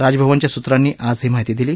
राजभवनच्या सुत्रांनी आज ही माहिती दिली